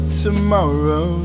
tomorrow